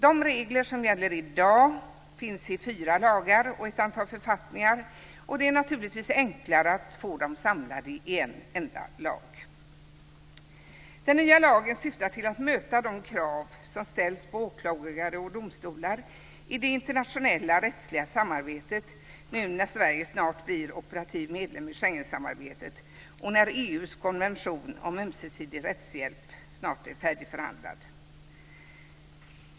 De regler som gäller i dag finns i fyra lagar och ett antal författningar. Det är naturligtvis enklare att få dem samlade i en enda lag. Den nya lagen syftar till att möta de krav som ställs på åklagare och domstolar i det internationella rättsliga samarbetet nu när Sverige snart blir operativ medlem i Schengensamarbetet och när EU:s konvention om ömsesidig rättshjälp snart är färdigförhandlad.